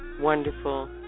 wonderful